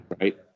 right